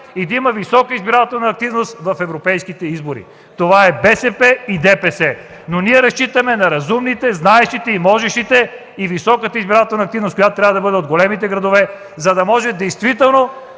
и да има висока избирателна активност в европейските избори. Това са БСП и ДПС, но ние разчитаме на разумните, знаещите и можещите, и високата избирателна активност, която трябва да бъде в големите градове, за да може действително